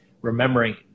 remembering –